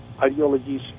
ideologies